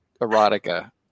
erotica